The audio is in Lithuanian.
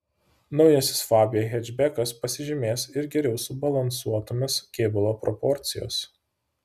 naujasis fabia hečbekas pasižymės ir geriau subalansuotomis kėbulo proporcijos